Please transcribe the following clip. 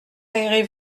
payerez